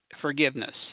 forgiveness